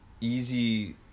easy